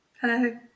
Hello